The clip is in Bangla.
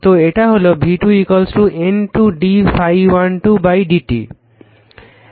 তো এটা হলো v2 N 2 d ∅1 2 dt